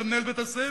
אתה מנהל בית-הספר.